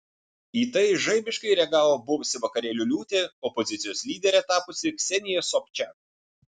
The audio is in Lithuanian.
į tai žaibiškai reagavo buvusi vakarėlių liūtė opozicijos lydere tapusi ksenija sobčak